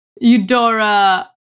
Eudora